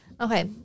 Okay